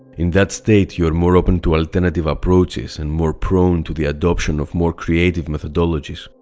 in that state, you are more open to alternative approaches and more prone to the adoption of more creative methodologies.